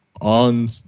On